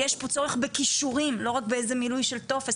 יש פה צורך בכישורים, לא רק במילוי של טופס.